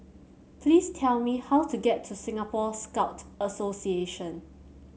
please tell me how to get to Singapore Scout Association